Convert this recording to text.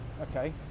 Okay